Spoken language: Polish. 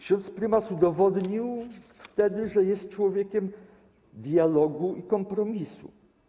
Ksiądz prymas udowodnił wtedy, że jest człowiekiem dialogu i kompromisu.